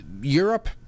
Europe